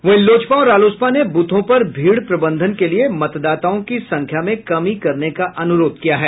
वहीं लोजपा और रालोसपा ने बूथों पर भीड़ प्रबंधन के लिये मतदाताओं की संख्या में कमी करने का अनुरोध किया है